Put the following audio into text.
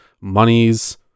monies